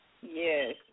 Yes